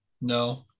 No